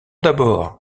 d’abord